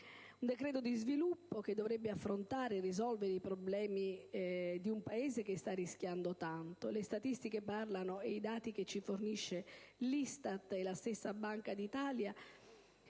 un decreto sviluppo che dovrebbe affrontare e risolvere i problemi di un Paese che sta rischiando tanto. Le statistiche, i dati che ci forniscono l'ISTAT e la stessa Banca d'Italia